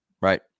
Right